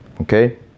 okay